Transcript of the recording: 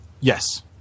yes